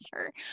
sure